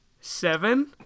Seven